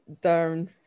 down